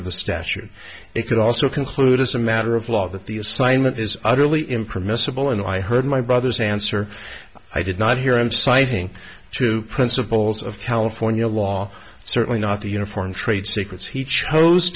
of the statute it could also conclude as a matter of law that the assignment is utterly imprimis civil and i heard my brother's answer i did not hear him citing two principles of california law certainly not the uniform trade secrets he chose